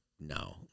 no